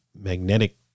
magnetic